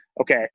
okay